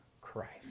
Christ